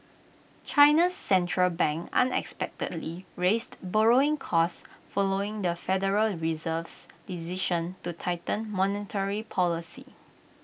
China's Central Bank unexpectedly raised borrowing costs following the federal Reserve's decision to tighten monetary policy